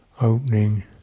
opening